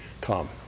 come